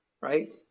right